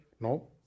No